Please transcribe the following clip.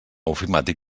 ofimàtic